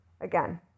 Again